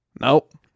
Nope